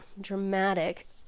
dramatic